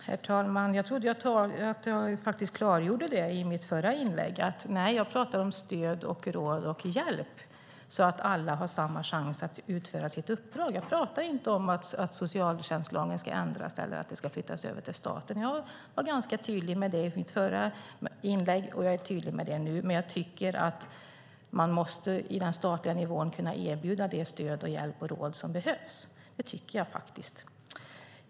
Herr talman! Jag trodde att jag klargjorde det i mitt förra inlägg. Jag pratar om stöd, råd och hjälp så att alla har samma chans att utföra sitt uppdrag. Jag pratade inte om socialtjänstlagen ska ändras eller att det ska flyttas över till staten. Jag var ganska tydlig med det i mitt förra inlägg, och jag är tydlig med det nu. Men jag tycker att man på den statliga nivån måste kunna erbjuda det stöd, den hjälp och de råd som behövs. Det tycker jag faktiskt.